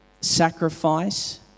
sacrifice